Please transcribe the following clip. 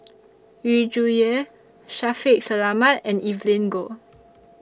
Yu Zhuye Shaffiq Selamat and Evelyn Goh